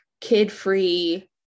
kid-free